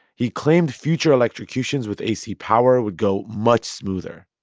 he claimed future electrocutions with ac power would go much smoother,